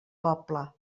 poble